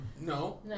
No